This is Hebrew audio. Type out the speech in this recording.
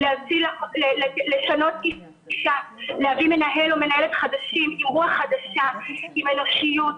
לפני שנשמע על צו בריאות העם החדש בקשר לבידוד בית והוראות שונות,